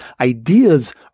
Ideas